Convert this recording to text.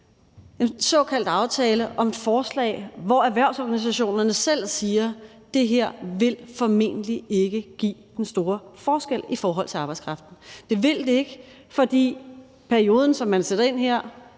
bag sig – om et forslag, hvor erhvervsorganisationerne selv siger, at det her formentlig ikke vil gøre den store forskel i forhold til arbejdskraften. Det vil det ikke, fordi perioden, som man sætter ind her,